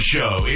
Show